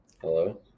Hello